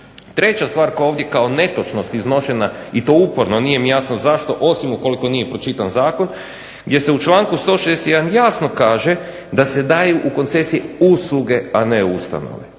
koja ovdje kao netočnost iznošena i to uporno, nije mi jasno zašto, osim ukoliko nije pročitan zakon, gdje se u članku 161. jasno kaže da se daju u koncesiji usluge, a ne ustanove.